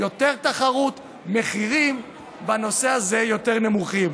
יותר תחרות ומחירים יותר נמוכים